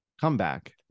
comeback